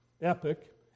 epic